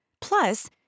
Plus